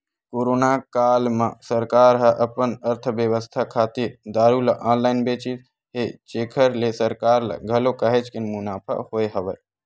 corona काल म सरकार ह अपन अर्थबेवस्था खातिर दारू ल ऑनलाइन बेचिस हे जेखर ले सरकार ल घलो काहेच के मुनाफा होय हवय